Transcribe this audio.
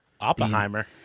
Oppenheimer